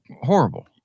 horrible